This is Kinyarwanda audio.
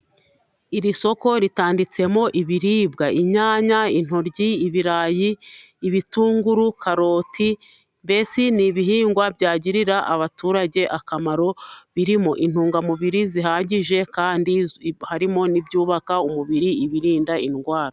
Iri soko ritanditsemo ibiribwa: inyanya, intoryi, ibirayi, ibitunguru, karoti, mbese ni ibihingwa byagirira abaturage akamaro birimo intungamubiri zihagije kandi harimo n'ibyubaka umubiri, ibirinda indwara.